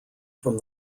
from